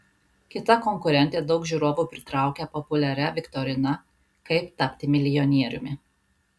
kita konkurentė daug žiūrovų pritraukia populiaria viktorina kaip tapti milijonieriumi